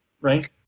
Right